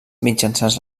mitjançant